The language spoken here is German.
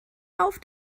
auf